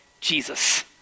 Jesus